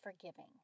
forgiving